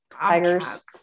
tigers